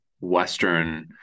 Western